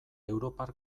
europar